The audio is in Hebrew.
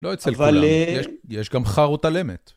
לא אצל כולם, יש גם חארות על אמת.